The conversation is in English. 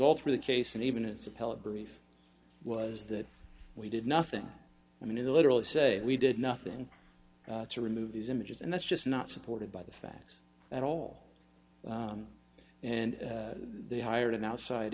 all through the case and even its appellate brief was that we did nothing i mean they literally say we did nothing to remove these images and that's just not supported by the facts at all and they hired an outside